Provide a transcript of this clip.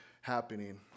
happening